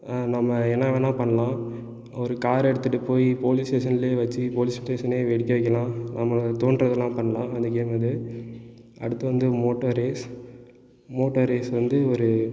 ஆம் நம்ம என்ன வேணால் பண்ணலாம் ஒரு காரடுத்துட்டு போய் போலீஸ் ஸ்டேஷனில் வச்சு போலீஸ் ஸ்டேஷனே வெடிக்க வைக்கலாம் நம்ம தோன்றதெல்லாம் பண்ணலாம் அந்த கேம்லேருந்து அடுத்து வந்து மோட்டாரிஸ் மோட்டாரிஸ் வந்து ஒரு